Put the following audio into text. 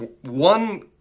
One